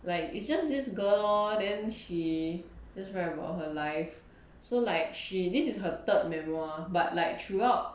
like it's just this girl lor then she just write about her life so like she this is her third memoir but like throughout